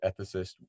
ethicist